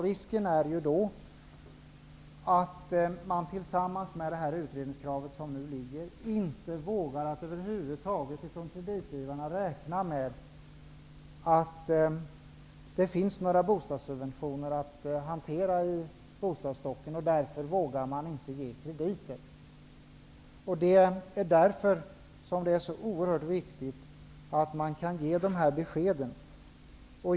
Risken är då att man från kreditgivarnas sida, med tanke på det utredningskrav som nu finns, över huvud taget inte vågar räkna med att det finns några bostadssubventioner att hantera i bostadsstocken. Därför vågar man inte ge krediter. Det är därför oerhört viktigt att man kan ge de här beskeden.